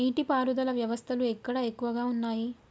నీటి పారుదల వ్యవస్థలు ఎక్కడ ఎక్కువగా ఉన్నాయి?